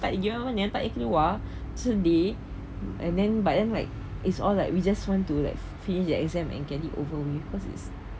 tak yang mana eh tak boleh keluar sedih and then but then like it's all like we just want to like finish the exam and get it over with cause it's